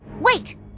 wait